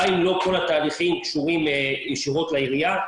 גם אם לא כל התהליכים קשורים ישירות לעירייה,